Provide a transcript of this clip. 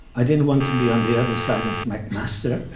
i didn't want to be on the other side of mcmaster.